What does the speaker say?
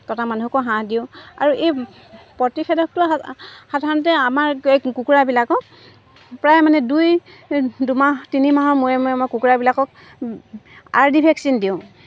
কটা মানুহকো হাঁহ দিওঁ আৰু এই প্ৰতিষেদকটোৱে সাধাৰণতে আমাৰ এই কুকুৰাবিলাকক প্ৰায় মানে দুই দুমাহ তিনি মাহৰ মূৰে মূৰে মই কুকুৰাবিলাকক আৰ ডি ভেকচিন দিওঁ